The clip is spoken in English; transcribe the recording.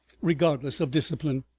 regardless of discipline.